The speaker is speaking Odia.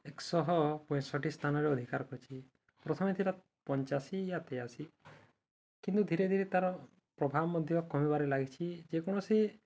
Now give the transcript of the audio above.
ଏକଶହ ପଞ୍ଚଷଠି ସ୍ଥାନରେ ଅଧିକାର କରିଛି ପ୍ରଥମେ ଥିଲା ପଞ୍ଚାଅଶୀ ୟା ତେୟାଅଶୀ କିନ୍ତୁ ଧୀରେ ଧୀରେ ତା'ର ପ୍ରଭାବ ମଧ୍ୟ କମିବାରେ ଲାଗିଛିି ଯେକୌଣସି